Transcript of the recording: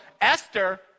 Esther